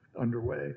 underway